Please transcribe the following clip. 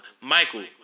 Michael